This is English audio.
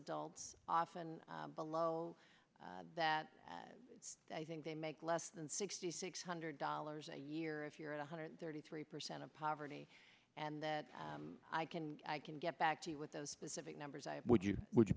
adults often below that i think they make less than sixty six hundred dollars a year if you're at one hundred thirty three percent of poverty and that i can i can get back to you with those specific numbers i would you would you